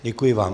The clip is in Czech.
Děkuji vám.